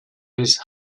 his